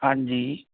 ਹਾਂਜੀ